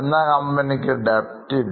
എന്നാൽ ആ കമ്പനിക്ക് debt ഒട്ടും തന്നെ ഇല്ല